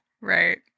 right